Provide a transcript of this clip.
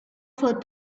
for